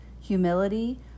humility